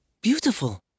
beautiful